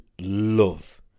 love